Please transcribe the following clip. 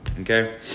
okay